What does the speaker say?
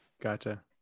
gotcha